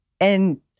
and-